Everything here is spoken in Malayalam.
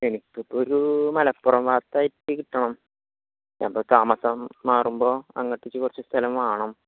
എനിക്ക് ഇപ്പം ഒരു മലപ്പുറം ഭാഗത്തായിട്ട് കിട്ടണം ഞാൻ ഇപ്പം താമസം മാറുമ്പോൾ അങ്ങനത്തെ കുറച്ച് സ്ഥലം വേണം